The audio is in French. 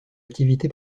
activité